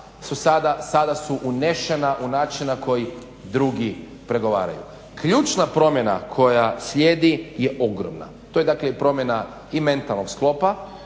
sada su unešena u način na koji drugi pregovaraju. Ključna promjena koja slijedi je ogromna. To je promjena i mentalnog sklopa